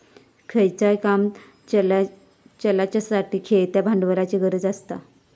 खयचाय काम चलाच्यासाठी खेळत्या भांडवलाची गरज आसता